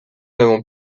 n’avons